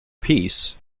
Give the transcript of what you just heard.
peace